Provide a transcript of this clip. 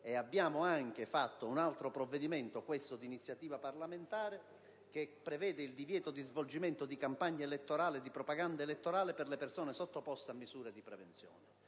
abbiamo anche approvato un altro provvedimento, questo di iniziativa parlamentare, che prevede il divieto di svolgimento di propaganda elettorale per le persone sottoposte a misure di prevenzione.